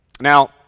Now